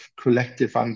collective